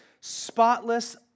spotless